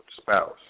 spouse